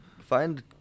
find